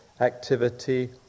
activity